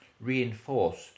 reinforced